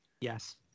Yes